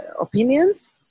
opinions